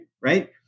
right